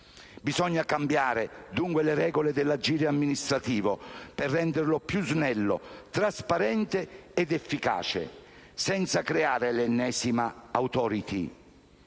Bisogna cambiare, dunque, le regole dell'agire amministrativo per renderlo più snello, trasparente ed efficace, senza creare l'ennesima *Authority*